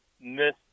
miss